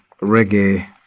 reggae